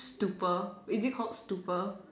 stupor is it called stupor